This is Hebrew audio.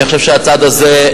אני חושב שהצד הזה,